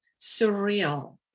surreal